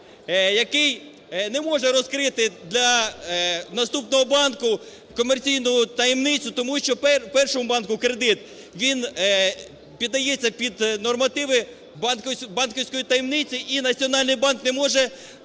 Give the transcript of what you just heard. який не може розкрити для наступного банку комерційну таємницю, тому що в першому банку кредит – він піддається під нормативи банківської таємниці і Національний банк не може передати